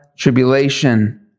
Tribulation